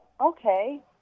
okay